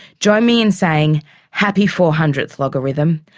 join me in saying happy four hundredth logarithm.